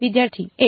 વિદ્યાર્થી 1